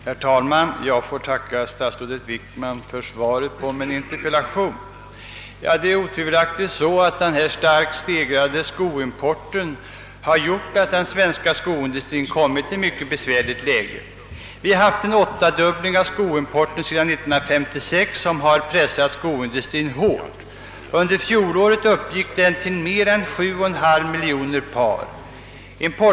Herr talman! Jag får tacka herr statsrådet Wickman för svaret på min interpellation. Den starkt stegrade skoimporten har otvivelaktigt gjort att den svenska skoindustrin kommit i ett mycket besvärligt läge. Sedan 1956 har vi haft en åttadubbling av skoimporten, som har pres sat vår skoindustri hårt. Under fjolåret uppgick den importen till mer än 7,5 miljoner par.